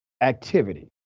activity